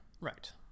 Right